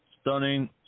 stunning